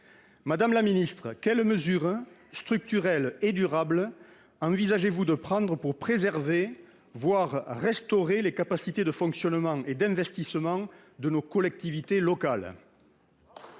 Madame la ministre, quelles mesures structurelles et durables envisagez-vous de prendre pour préserver, voire pour restaurer, les capacités de fonctionnement et d'investissement de nos collectivités locales ?